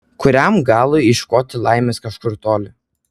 kuriam galui ieškoti laimės kažkur toli